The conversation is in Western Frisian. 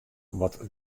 wat